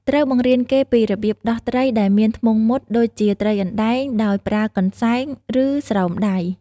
ត្រូវបង្រៀនគេពីរបៀបដោះ ត្រីដែលមានធ្មង់មុត ដូចជាត្រីអណ្ដែង ដោយប្រើកន្សែង ឬស្រោមដៃ។